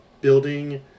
building